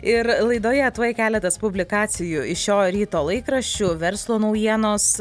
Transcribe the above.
ir laidoje tuoj keletas publikacijų iš šio ryto laikraščių verslo naujienos